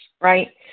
right